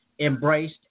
embraced